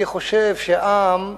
אני חושב שעם,